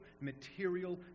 material